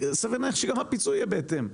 סביר להניח שגם הפיצוי יהיה בהתאם.